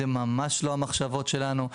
אילו ממש לא המחשבות שלנו,